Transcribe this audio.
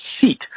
seat